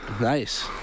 Nice